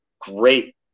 great